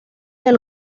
del